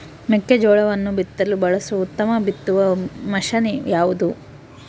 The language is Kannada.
ಮೆಕ್ಕೆಜೋಳವನ್ನು ಬಿತ್ತಲು ಬಳಸುವ ಉತ್ತಮ ಬಿತ್ತುವ ಮಷೇನ್ ಯಾವುದು?